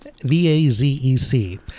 V-A-Z-E-C